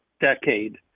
decade